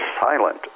silent